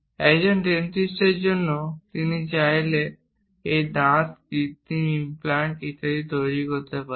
একজন ডেন্টিস্টের জন্য তিনি চাইলে এই দাঁত কৃত্রিম ইমপ্লান্ট ইত্যাদি তৈরি করতে পারেন